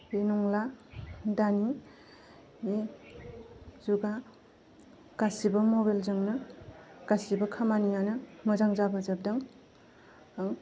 बे नंला दानि नि जुगा गासिबो मबाइलजोंनो गासिबो खामानियानो मोजां जाबोजोबदों औ